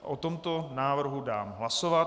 O tomto návrhu dám hlasovat.